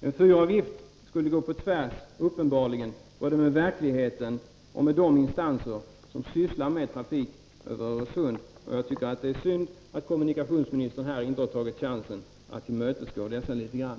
En fyravgift skulle uppenbarligen gå på tvärs både mot verkligheten och mot de instanser som sysslar med trafik över Öresund. Jag tycker att det är synd att kommunikationsministern här inte har tagit chansen att tillmötesgå dessa instanser litet grand.